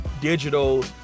digital